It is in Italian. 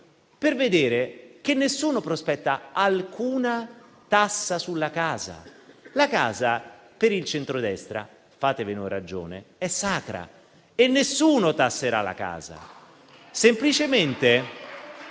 per vedere che nessuno prospetta alcuna tassa sulla casa. La casa per il centrodestra - fatevene una ragione - è sacra e nessuno la tasserà. *(Applausi. Commenti)*.